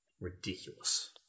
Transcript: Ridiculous